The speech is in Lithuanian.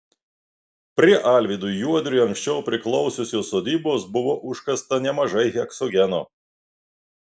prie alvydui juodriui anksčiau priklausiusios sodybos buvo užkasta nemažai heksogeno